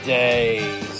days